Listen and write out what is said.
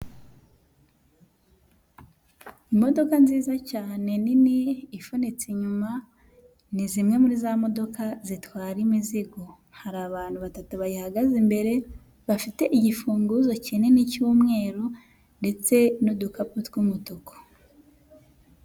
Imodoka nziza cyane nini ifunitse inyuma ni zimwe muri za modoka zitwara imizigo, hari abantu batatu bayihagaze imbere bafite igifunguzo kinini cy'umweru ndetse n'udukapu tw'umutuku.